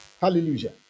Hallelujah